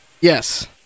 Yes